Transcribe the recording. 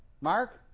Mark